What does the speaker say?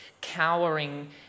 cowering